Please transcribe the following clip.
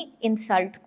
insult